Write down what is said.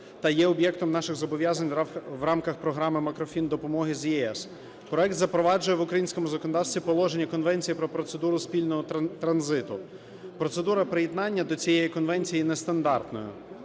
та є об'єктом наших зобов'язань в рамках Програми макрофіндопомоги з ЄС. Проект запроваджує в українському законодавстві положення Конвенції про процедуру спільного транзиту. Процедура приєднання до цієї конвенції нестандартна: